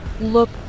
look